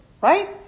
Right